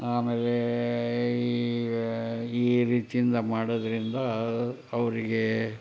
ಆಮೇಲೆ ಈ ಈ ರೀತಿಯಿಂದ ಮಾಡೋದರಿಂದ ಅವರಿಗೆ